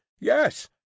Yes